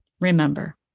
remember